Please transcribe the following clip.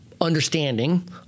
understanding